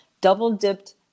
double-dipped